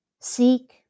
Seek